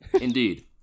Indeed